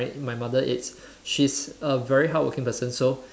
right my mother it's she's a very hardworking person